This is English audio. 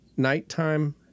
nighttime